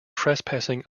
trespassing